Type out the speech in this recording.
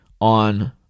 on